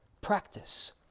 practice